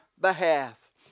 behalf